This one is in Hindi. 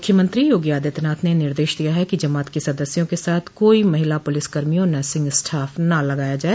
मुख्यमंत्री योगी आदित्यनाथ ने निर्देश दिया है कि जमात के सदस्यों के साथ कोई महिला पुलिसकर्मी और नर्सिंग स्टाफ न लगाया जाए